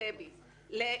תביא לי חשבונית.